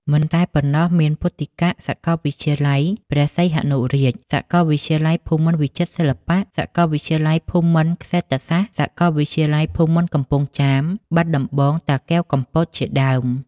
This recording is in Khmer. មិនតែប៉ុណ្ណោះមាន ពុទ្ធិកសាកលវិទ្យាល័យព្រះសីហនុរាជ, សាកលវិទ្យាល័យភូមិន្ទវិចិត្រសិល្បៈ, សាកលវិទ្យាល័យភូមិន្ទក្សេត្រសាស្ត្រ, សាកលវិទ្យាល័យភូមិន្ទកំពង់ចាម, បាត់ដំបង, តាកែវ-កំពត ជាដើម។